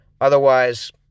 Otherwise